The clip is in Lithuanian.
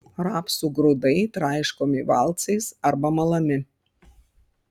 rapsų grūdai traiškomi valcais arba malami